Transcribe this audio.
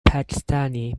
pakistani